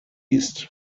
released